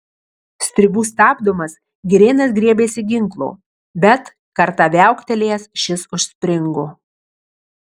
stribų stabdomas girėnas griebėsi ginklo bet kartą viauktelėjęs šis užspringo